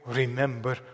remember